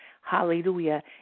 Hallelujah